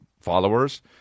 followers